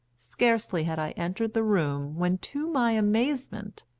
scarcely had i entered the room when, to my amazement,